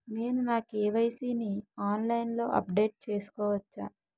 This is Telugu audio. నేను నా కే.వై.సీ ని ఆన్లైన్ లో అప్డేట్ చేసుకోవచ్చా?